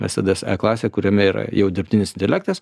mercedes e klasė kuriame yra jau dirbtinis intelektas